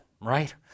right